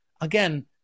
again